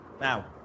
Now